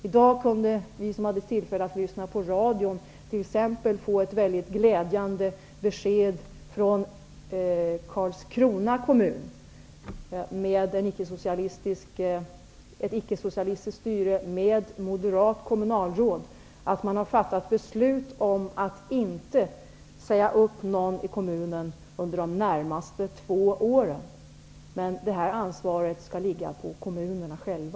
I dag kunde vi som hade tillfälle att lyssna på radion t.ex. få ett mycket glädjande besked från Karlskrona kommun, med ett icke-socialistiskt styre och med ett moderat kommunalråd. Där har man fattat beslut om att inte säga upp någon i kommunen under de närmaste två åren. Det här ansvaret skall alltså ligga på kommunerna själva.